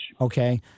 Okay